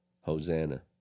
hosanna